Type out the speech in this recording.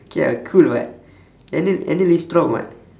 okay ah cool [what] enel enel is strong [what]